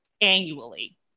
annually